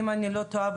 אם אני לא טועה,